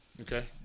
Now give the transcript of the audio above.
Okay